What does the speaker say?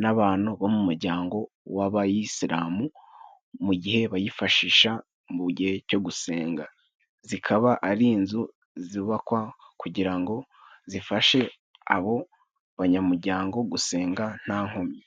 n'abantu bo mu mujyango w'abayisilamu mu gihe bayifashisha mu gihe cyo gusenga. Zikaba ari inzu zubakwa kugira ngo zifashe abo banyamujyango gusenga nta nkomyi.